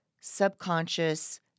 subconscious